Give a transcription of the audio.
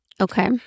Okay